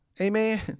amen